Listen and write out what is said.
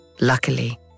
Luckily